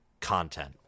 content